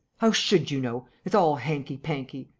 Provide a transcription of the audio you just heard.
how should you know! it's all hanky-panky.